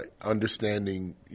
understanding